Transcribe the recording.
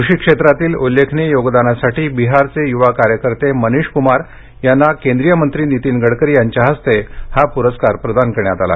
कृषी क्षेत्रातील उल्लेमखनीय योगदानासाठी बिहारचे युवा कार्यकर्ते मनिष कुमार यांना नितीन गडकरी यांच्यार हस्तो हा पुरस्कायर प्रदान करण्यावत आला